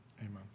Amen